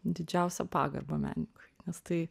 didžiausią pagarbą menininkui nes tai